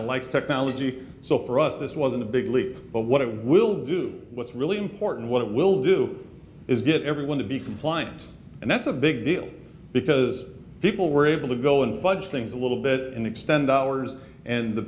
of like technology so for us this wasn't a big leap but what it will do what's really important what it will do is get everyone to be compliant and that's a big deal because people were able to go in budgeting the little bit and extend hours and the